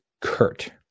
Kurt